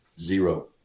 Zero